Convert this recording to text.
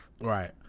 Right